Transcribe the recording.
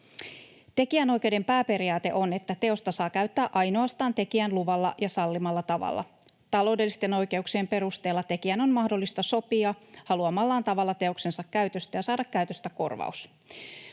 Tekijänoikeuden pääperiaate on, että teosta saa käyttää ainoastaan tekijän luvalla ja sallimalla tavalla. Taloudellisten oikeuksien perusteella tekijän on mahdollista sopia haluamallaan tavalla teoksensa käytöstä ja saada käytöstä korvaus.